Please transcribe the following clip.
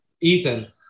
Ethan